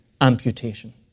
amputation